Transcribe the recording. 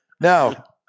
Now